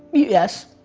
yes,